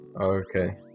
Okay